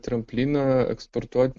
trampliną eksportuot